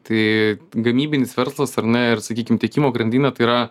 tai gamybinis verslas ar ne ir sakykim tiekimo grandinė tai yra